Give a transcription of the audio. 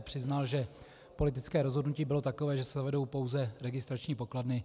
Přiznal, že politické rozhodnutí bylo takové, že se vedou pouze registrační pokladny.